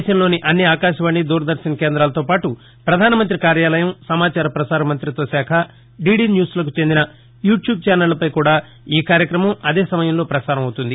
దేశంలోని అన్ని ఆకాశవాణి దూరదర్భన్ కేంద్రాలతో పాటు పధానమంతి కార్యాలయం సమాచార పసార మంతిత్వ శాఖ డీడీ న్యూస్ లకు చెందిన యూ ట్యూబ్ చానళ్ళ పై కూడా ఈ కార్యక్రమం అదేసమయంలో పసారం అవుతుంది